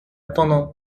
étonnant